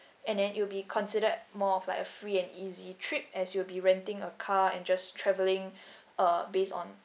and then it will be considered more of like a free and easy trip as you be renting a car and just travelling uh based on